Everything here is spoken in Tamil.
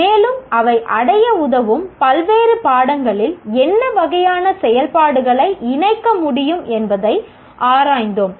மேலும் அவை அடைய உதவும் பல்வேறு பாடங்களில் என்ன வகையான செயல்பாடுகளை இணைக்க முடியும் என்பதை ஆராய்ந்தோம்